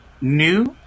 new